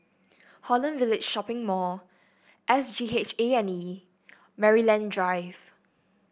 Holland Village Shopping Mall S G H A and E Maryland Drive